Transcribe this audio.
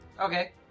Okay